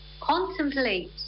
contemplate